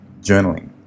journaling